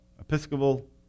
Episcopal